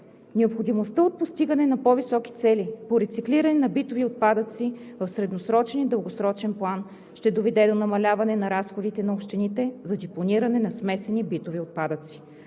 Необходимостта от постигане на по-високи цели по рециклиране на битовите отпадъци в средносрочен и дългосрочен план ще доведе до намаляване на разходите на общините за депониране на смесени битови отпадъци.